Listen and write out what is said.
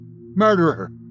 Murderer